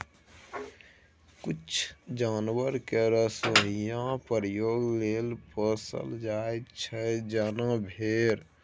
किछ जानबर केँ रोइयाँ प्रयोग लेल पोसल जाइ छै जेना भेड़